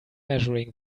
measuring